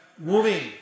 moving